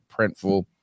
printful